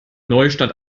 neustadt